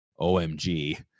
OMG